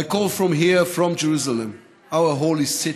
I call from here, from Jerusalem, our holy city,